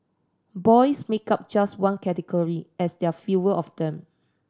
boys make up just one category as there are fewer of them